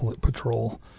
patrol